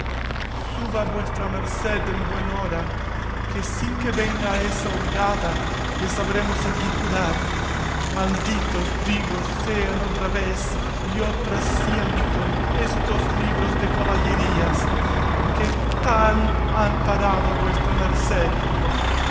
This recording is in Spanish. suba vuestra merced en buen hora que sin que venga esa hurgada le sabremos aquí curar malditos digo sean otra vez y otras ciento estos libros de caballerías que tal han parado a vuestra merced